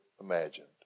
imagined